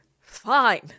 Fine